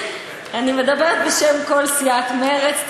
אני מדברת בשם כל סיעת מרצ,